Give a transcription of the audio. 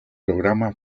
programa